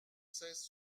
cesse